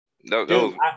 No